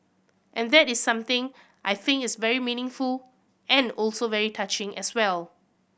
and that is something I think is very meaningful and also very touching as well